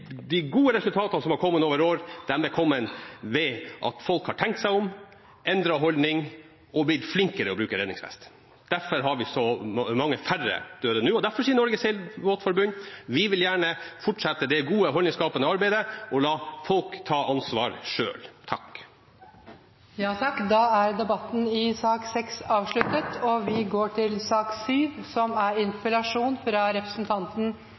de gode resultatene som var kommet over år, er kommet ved at folk har tenkt seg om, endret holdning og blitt flinkere til å bruke redningsvest. Derfor har vi så mange færre døde nå, og derfor sier Norges Seilforbund at de vil gjerne fortsette det gode holdningsskapende arbeidet og la folk ta ansvar selv. Flere har ikke bedt om ordet til sak nr. 6. Fra